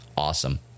Awesome